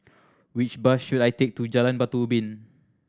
which bus should I take to Jalan Batu Ubin